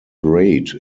grade